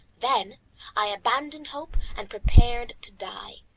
then i abandoned hope and prepared to die.